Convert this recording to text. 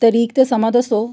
तरीक ते समां दस्सो